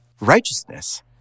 righteousness